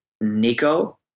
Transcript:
Nico